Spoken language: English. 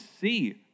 see